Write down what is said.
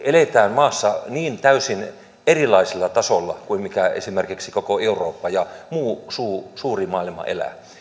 maassa eletään täysin erilaisella tasolla kuin esimerkiksi koko eurooppa ja muu suuri suuri maailma elävät